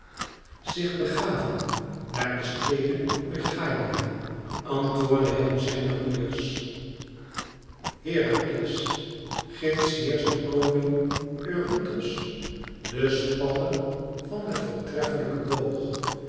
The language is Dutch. zich begaven naar de stede oichalia antwoordden hem zijne roeiers herakles ginds heerscht de koning eurytos de spanner van den voortreflijken boog